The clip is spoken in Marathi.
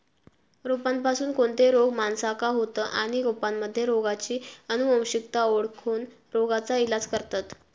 रोपांपासून कोणते रोग माणसाका होतं आणि रोपांमध्ये रोगाची अनुवंशिकता ओळखोन रोगाचा इलाज करतत